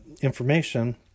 information